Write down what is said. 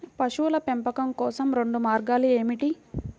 పశువుల పెంపకం కోసం రెండు మార్గాలు ఏమిటీ?